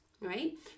right